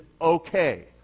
okay